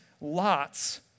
lots